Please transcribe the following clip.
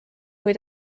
kui